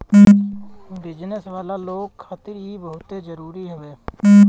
business वाला लोग खातिर इ बहुते जरुरी हवे